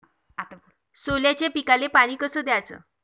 सोल्याच्या पिकाले पानी कस द्याचं?